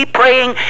praying